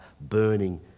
burning